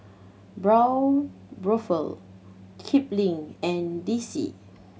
Braun Buffel Kipling and D C